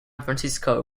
francisco